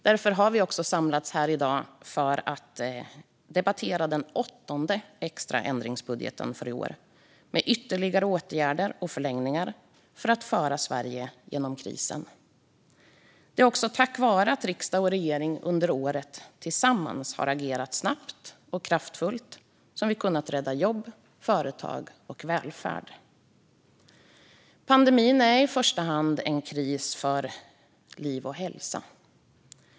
Därför har vi också samlats här i dag för att debattera den åttonde extra ändringsbudgeten för i år med ytterligare åtgärder och förlängningar för att föra Sverige genom krisen. Det är också tack vare att riksdag och regering under året tillsammans har agerat snabbt och kraftfullt som vi har kunnat rädda jobb, företag och välfärd. Pandemin är i första hand en kris för liv och hälsa.